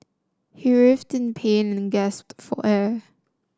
he writhed in pain and gasped for air